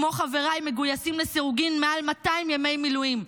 כמו חבריי מגויסים לסירוגין מעל 200 ימי מילואים.